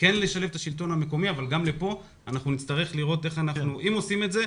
כן לשלב את השלטון המקומי אבל אם עושים את זה,